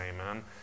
amen